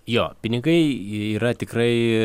jo pinigai yra tikrai